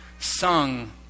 Sung